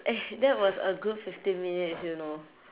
eh that was a good fifty minutes you know